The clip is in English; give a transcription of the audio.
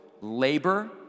labor